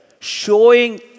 showing